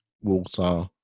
water